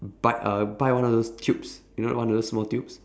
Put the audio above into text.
but uh buy one of those tubes you know one of those small tubes